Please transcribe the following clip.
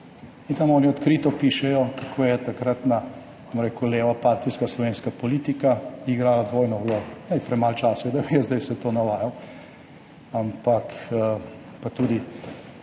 in oni odkrito pišejo, kako je takratna, bom rekel, leva partijska slovenska politika igrala dvojno vlogo. Premalo časa je, da bi jaz zdaj vse to navajal, pa tudi